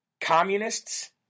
communists